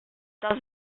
does